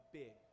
big